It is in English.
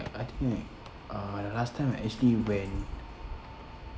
I think like uh the last time I actually went